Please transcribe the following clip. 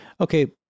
Okay